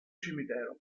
cimitero